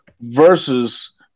versus